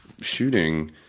shooting